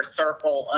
circle